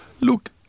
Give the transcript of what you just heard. Look